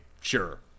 sure